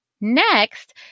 Next